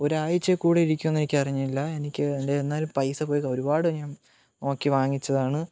ഒരാഴ്ചയില് കൂടുതലിരിക്കുവെന്നെനിക്കറിഞ്ഞില്ല എനിക്ക് എന്റെ എന്നാലും പൈസ പോയത ഒരുപാട് ഞാൻ നോക്കിവാങ്ങിച്ചതാണ്